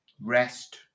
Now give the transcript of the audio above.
rest